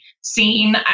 scene